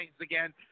again